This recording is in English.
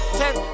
ten